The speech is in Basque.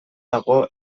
dago